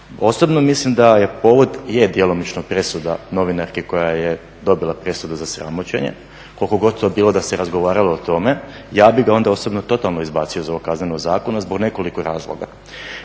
Osobno mislim da povod je djelomično presuda novinarki koja je dobila presudu za sramoćenje, koliko god to bilo da se razgovaralo o tome, ja bih ga onda osobno totalno izbacio iz ovog Kaznenog zakona zbog nekoliko razloga.